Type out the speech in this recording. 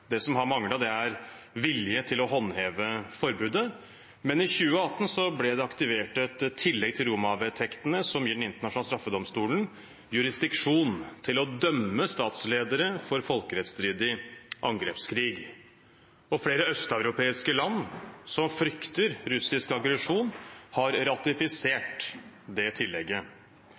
vilje til å håndheve forbudet. Men i 2018 ble det aktivert et tillegg til Roma-vedtektene som gir Den internasjonale straffedomstolen jurisdiksjon til å dømme statsledere for folkerettsstridig angrepskrig. Flere østeuropeiske land som frykter russisk aggresjon, har ratifisert det tillegget.